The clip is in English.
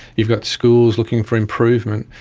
you've got schools looking for improvement.